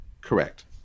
Correct